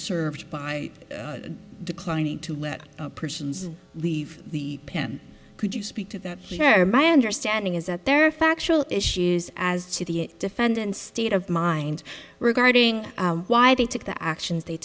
served by declining to let persons leave the pen could you speak to that hair my understanding is that there are factual issues as to the defendant's state of mind regarding why they took the actions they